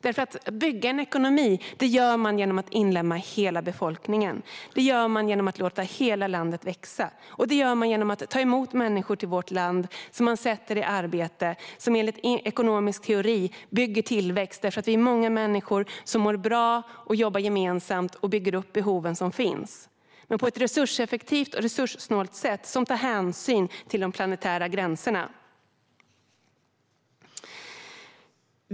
Vi bygger en ekonomi genom att inlemma hela befolkningen, genom att låta hela landet växa och genom att ta emot människor till vårt land som vi sätter i arbete. Enligt ekonomisk teori bygger vi tillväxt om vi är många människor som mår bra, jobbar gemensamt och möter de behov som finns på ett resurseffektivt och resurssnålt sätt som tar hänsyn till de planetära gränserna.